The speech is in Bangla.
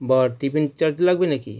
বা টিফিন চার্জ লাগবে না কি